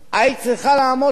היית צריכה לעמוד כאן,